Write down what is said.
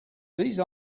these